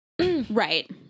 right